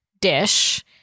dish